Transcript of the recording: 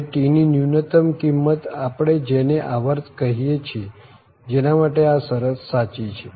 અને T ની ન્યુનત્તમ કિંમત આપણે જેને આવર્ત કહીએ છીએ જેના માટે આ શરત સાચી છે